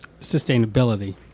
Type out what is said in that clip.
Sustainability